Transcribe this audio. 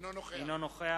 אינו נוכח